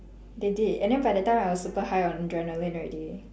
they did and then by that time I was super high on adrenaline already